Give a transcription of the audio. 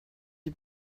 sie